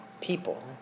people